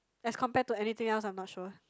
as compared to anything else I'm not sure